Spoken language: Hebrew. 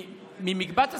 ממקבץ הסיפורים,